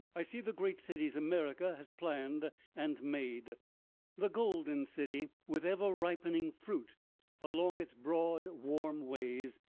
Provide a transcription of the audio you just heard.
i see the great cities america has planned and made the golden city, with ever-ripening fruit along its broad warm ways,